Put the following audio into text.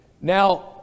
Now